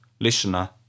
Listener